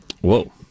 Whoa